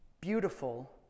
beautiful